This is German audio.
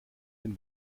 den